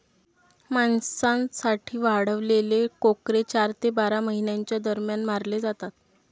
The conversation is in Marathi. मांसासाठी वाढवलेले कोकरे चार ते बारा महिन्यांच्या दरम्यान मारले जातात